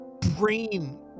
brain